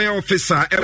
officer